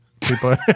people